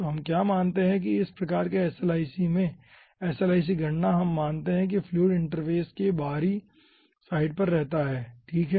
तो हम क्या मानते हैं कि इस प्रकार के SLIC में SLIC गणना हम मानते हैं कि फ्लूइड इंटरफ़ेस के भारी साइड पर रहता है ठीक है